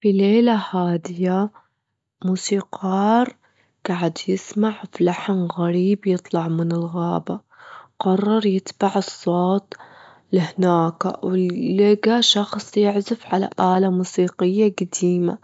في ليلة هادية، موسيقار جعد يسمع في لحن غريب يطلع من الغابة، قرر يتبع الصوت لهناك، لجى شخص يعزف على ألة موسيقية جديمة،